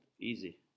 easy